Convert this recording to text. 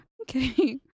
Okay